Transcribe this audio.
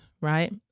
Right